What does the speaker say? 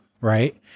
Right